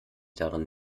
daran